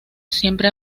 siempre